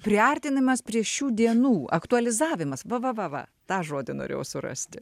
priartinimas prie šių dienų aktualizavimas va va va va tą žodį norėjau surasti